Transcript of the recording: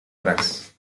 drugs